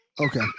Okay